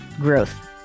growth